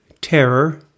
terror